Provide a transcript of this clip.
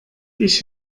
ich